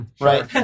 right